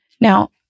Now